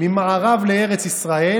ממערב לארץ ישראל.